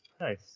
Nice